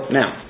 now